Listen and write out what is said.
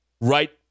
Right